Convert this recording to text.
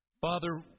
Father